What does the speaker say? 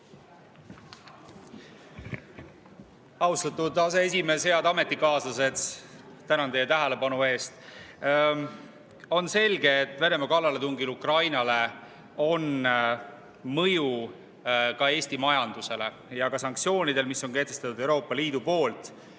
Austatud aseesimees! Head ametikaaslased, tänan teid tähelepanu eest! On selge, et Venemaa kallaletungil Ukrainale on mõju ka Eesti majandusele, samuti sanktsioonidel, mille on kehtestanud Euroopa Liit.